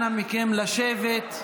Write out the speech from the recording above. אנא מכם לשבת.